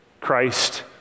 Christ